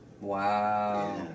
Wow